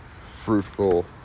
fruitful